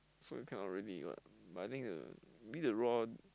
so you cannot really what but I think the maybe the Ron